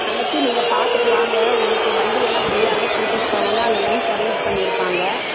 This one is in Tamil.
அங்கே போய் நீங்கள் பார்த்துட்டு வாங்க உங்களுக்கு வண்டி எல்லாம் ஃப்ரீயாகவே கூட்டிகிட்டு போவாங்க அங்கே லன்ச் அரேஞ்ச் பண்ணியிருப்பாங்க